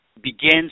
begins